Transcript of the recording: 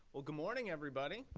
good morning, everybody,